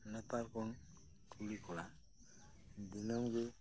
ᱱᱮᱛᱟᱨ ᱠᱷᱚᱱ ᱠᱩᱲᱤ ᱠᱚᱲᱟ ᱫᱤᱱᱟᱹᱢ ᱜᱮ